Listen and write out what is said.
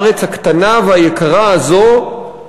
הארץ הקטנה והיקרה הזאת,